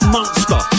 Monster